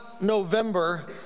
November